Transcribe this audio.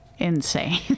Insane